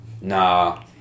Nah